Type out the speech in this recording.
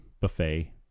buffet